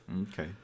okay